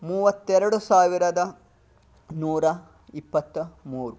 ಮೂವತ್ತೆರಡು ಸಾವಿರದ ನೂರ ಇಪ್ಪತ್ತ ಮೂರು